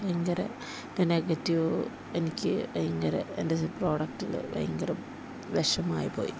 ഭയങ്കര നെഗറ്റീവ് എനിക്ക് ഭയങ്കര എൻ്റെ പ്രോഡക്റ്റില് ഭയങ്കര വിഷമമായി പോയി